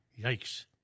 Yikes